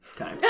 Okay